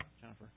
Jennifer